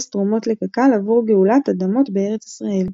תרומות לקק"ל עבור גאולת אדמות בארץ-ישראל.